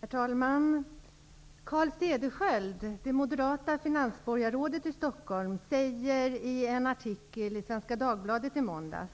Herr talman! Carl Cederschiöld, det moderata finansborgarrådet i Stockholm, säger i en artikel i Svenska Dagbladet från i måndags: